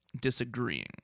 disagreeing